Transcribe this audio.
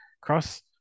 cross